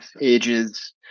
ages